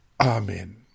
Amen